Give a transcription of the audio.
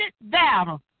battle